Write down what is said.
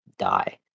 die